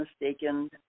mistaken